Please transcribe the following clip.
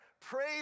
Pray